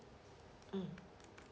mm